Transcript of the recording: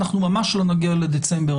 ואנחנו ממש לא נגיע לדצמבר.